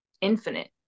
infinite